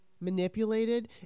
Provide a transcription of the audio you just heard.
manipulated